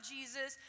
Jesus